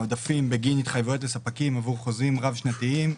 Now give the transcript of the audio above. העודפים בגין התחייבויות לספקים עבור חוזים רב-שנתיים,